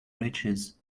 riches